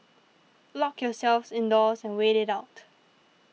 lock yourselves indoors and wait it out